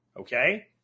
Okay